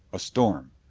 a storm.